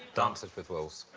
dances with wolves.